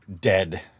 dead